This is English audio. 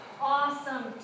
Awesome